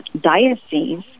diocese